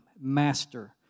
master